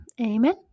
Amen